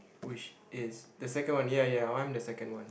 which is the second one ya ya I want the second one